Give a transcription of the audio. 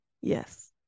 Yes